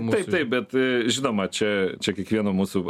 taip taip bet žinoma čia čia kiekvieno mūsų